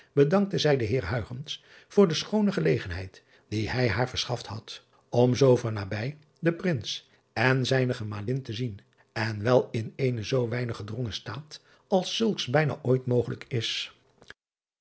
bedankte zij den eer voor de schoone gelegenheid die hij haar verschaft had om zoo van nabij den rins en zijne emalin te zien en wel in eenen zoo weinig gedrongen staat als zulks bijna ooit mogelijk is